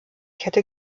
kette